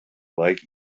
like